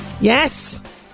Yes